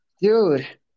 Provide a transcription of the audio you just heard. dude